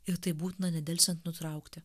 ir tai būtina nedelsiant nutraukti